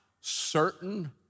certain